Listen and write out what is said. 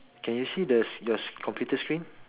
can you see the the your computer screen